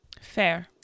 Fair